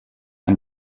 ein